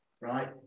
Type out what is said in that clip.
right